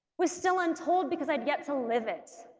was still untold because i'd yet to live it